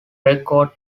record